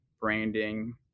branding